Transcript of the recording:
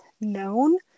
known